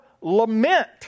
lament